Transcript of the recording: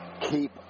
keep